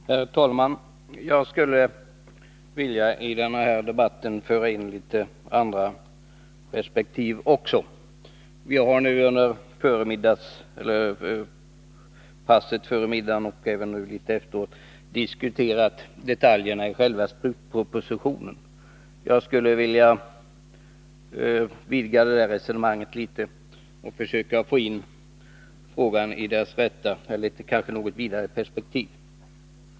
Herr talman! Jag skulle i den här debatten vilja föra in även litet andra perspektiv. Vi har nu före middagsuppehållet och även därefter diskuterat detaljerna i själva propositionen. Jag skulle vilja vidga detta resonemang litet och försöka föra in frågan i ett något vidare perspektiv.